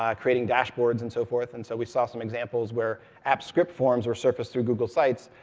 um creating dashboards and so forth. and so we saw some examples where apps script forms are surfaced through google sites.